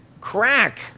Crack